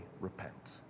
repent